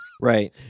Right